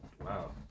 Wow